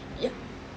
ya